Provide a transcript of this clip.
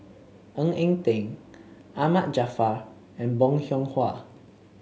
Ng Eng Teng Ahmad Jaafar and Bong Hiong Hwa